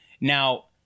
Now